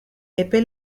epe